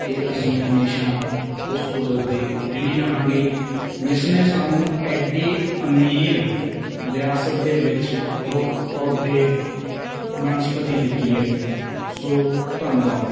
ਤੇ ਅਸੀਂ ਹਮੇਸ਼ਾ ਉਸ ਕੁਦਰਤ ਦੇ ਰਿਣੀ ਰਹਾਂਗੇ ਜਿਸ ਨੇ ਸਾਨੂੰ ਐਡੀ ਅਮੀਰ ਵਿਰਾਸਤ ਦੇ ਵਿੱਚ ਰੁੱਖ ਪੌਦੇ ਬਨਸਪਤੀ ਦਿੱਤੀ ਹੈ ਸੋ ਧੰਨਵਾਦ